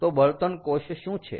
તો બળતણ કોષ શું છે